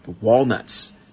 walnuts